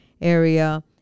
area